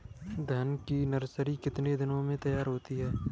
धान की नर्सरी कितने दिनों में तैयार होती है?